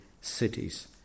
cities